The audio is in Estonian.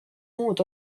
muud